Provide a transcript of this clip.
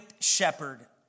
shepherd